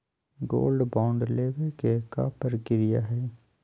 Gold bond लेवे के का प्रक्रिया हई?